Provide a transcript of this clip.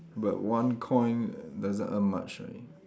but one coin doesn't earn much right